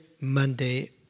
Monday